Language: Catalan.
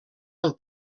del